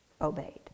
obeyed